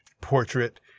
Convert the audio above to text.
portrait